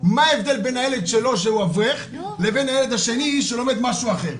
מה ההבדל בין הילד שלו שהוא אברך לבין הילד השני שלומד משהוא אחר?